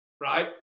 Right